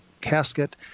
casket